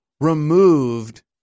removed